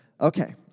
okay